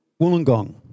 Wollongong